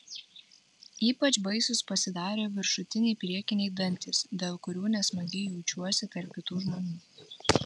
ypač baisūs pasidarė viršutiniai priekiniai dantys dėl kurių nesmagiai jaučiuosi tarp kitų žmonių